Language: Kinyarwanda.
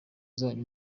zanyu